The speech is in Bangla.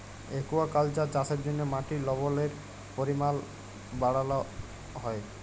একুয়াকাল্চার চাষের জ্যনহে মাটির লবলের পরিমাল বাড়হাল হ্যয়